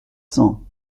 cents